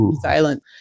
Silent